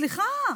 סליחה,